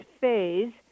phase